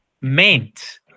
meant